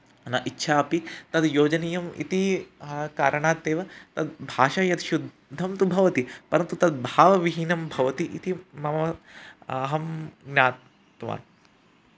न इच्छा अपि तद् योजनीयम् इति हा कारणात् एव तद् भाषा यत् शुद्धं तु भवति परन्तु तद्भावविहीनं भवति इति मम अहं ज्ञातवान्